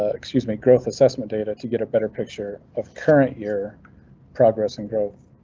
ah excuse me, growth assessment data to get a better picture of current year progress and growth.